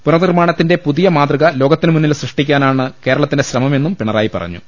പുനർനിർമാണത്തിന്റെ പുതിയ മാതൃക ലോകത്തിനു മുന്നിൽ സൃഷ്ടിക്കാനാണ് കേരളത്തിന്റെ ശ്രമമെന്നും പിണറായി പറഞ്ഞു